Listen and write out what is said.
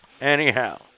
Anyhow